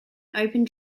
open